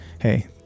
hey